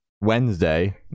wednesday